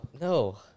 No